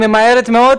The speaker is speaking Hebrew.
כי היא ממהרת מאוד.